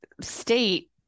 state